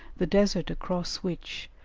the desert across which,